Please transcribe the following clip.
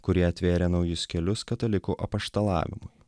kurie atvėrė naujus kelius katalikų apaštalavimui